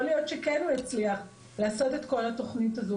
יכול להיות שכן הוא יצליח לעשות את כל התכנית הזאת,